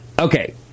Okay